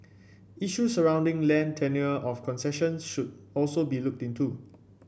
issues surrounding land tenure of concessions should also be looked into